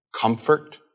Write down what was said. Comfort